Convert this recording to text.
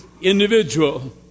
individual